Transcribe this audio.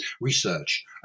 research